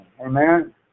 Amen